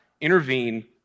intervene